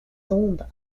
tombent